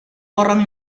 orang